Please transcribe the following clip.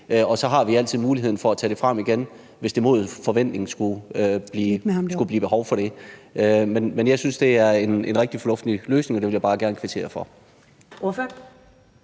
og så har vi altid muligheden for at tage det frem igen, hvis der mod forventning skulle blive behov for det. Men jeg synes, det er en rigtig fornuftig løsning, og det vil jeg bare gerne kvittere for.